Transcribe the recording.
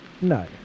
No